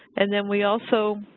and then we also